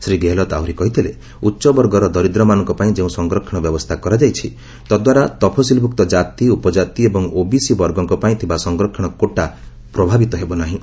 ଶ୍ରୀ ଗେହଲତ୍ ଆହୁରି କହିଥିଲେ ଉଚ୍ଚବର୍ଗର ଦରିଦ୍ରମାନଙ୍କପାଇଁ ଯେଉଁ ସଂରକ୍ଷଣ ବ୍ୟବସ୍ଥା କରାଯାଇଛି ତଦ୍ୱାରା ତଫସିଲ୍ଭ୍ରକ୍ତ ଜାତି ଉପଜାତି ଏବଂ ଓବିସି ବର୍ଗଙ୍କପାଇଁ ଥିବା ସଂରକ୍ଷଣ କୋଟା ପ୍ରଭାବିତ ହେବ ନାହିଁ